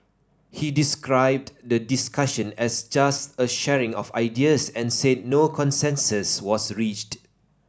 he described the discussion as just a sharing of ideas and said no consensus was reached